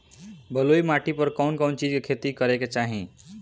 बलुई माटी पर कउन कउन चिज के खेती करे के चाही?